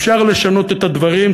אפשר לשנות את הדברים,